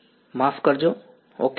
માફ કરજો ઓકે